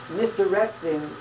misdirecting